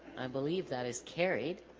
i believe that is carried